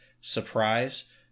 surprise